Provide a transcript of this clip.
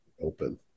open